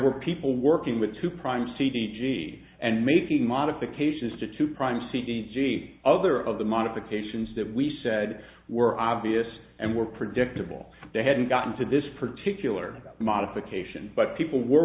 were people working with two prime c d g and making modifications to two prime c d g other of the modifications that we said were obvious and were predictable they hadn't gotten to this particular modification but people were